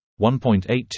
1.82